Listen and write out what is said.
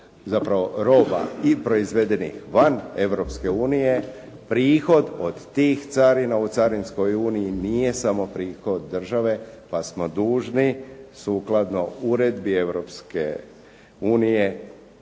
zapravo roba i proizvedenih van Europske unije prihod od tih carina u carinskoj uniji nije samo prihod države, pa smo dužni sukladno uredbi Europske unije